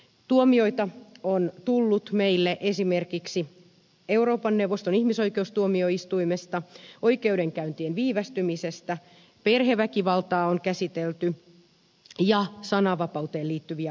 tuomioita on tullut meille esimerkiksi euroopan neuvoston ihmisoikeustuomioistuimesta oikeudenkäyntien viivästymisestä perheväkivaltaa on käsitelty ja sananvapauteen liittyviä ongelmia